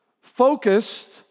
Focused